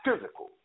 physical